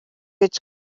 гэж